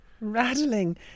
Rattling